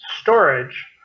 storage